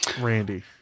Randy